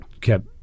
kept